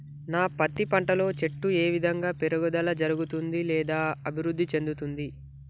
నా పత్తి పంట లో చెట్టు ఏ విధంగా పెరుగుదల జరుగుతుంది లేదా అభివృద్ధి చెందుతుంది?